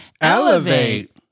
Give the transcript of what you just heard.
elevate